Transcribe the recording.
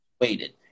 waited